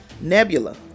nebula